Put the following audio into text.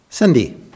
Sandy